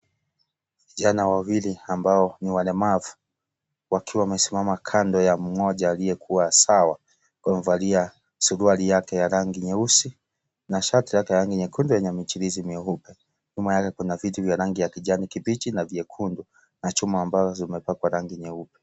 Vijana wawili ambao ni walemavu wakiwa wamesimama kando ya mmoja aliyekua sawa akiwa amevalia suruali yake ya rangi nyeusi na shati lake la rangi nyekundu lenye michirizi mweupe, nyuma yake kuna viti vya rangi ya kijani kibichi na vyekundu na chuma ambazo zimepakwa rangi nyeupe.